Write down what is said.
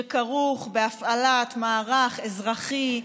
שכרוך בהפעלת מערך אזרחי,